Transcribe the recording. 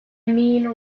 mean